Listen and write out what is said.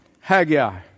Haggai